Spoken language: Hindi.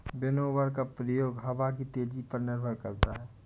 विनोवर का प्रयोग हवा की तेजी पर निर्भर करता है